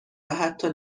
حتی